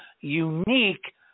unique